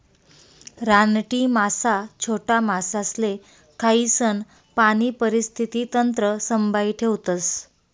रानटी मासा छोटा मासासले खायीसन पाणी परिस्थिती तंत्र संभाई ठेवतस